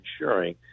ensuring